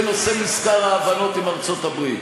בנושא מזכר ההבנות עם ארצות-הברית.